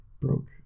broke